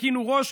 תרכינו ראש,